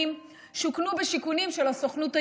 שוכנו בשיכונים של הסוכנות היהודית.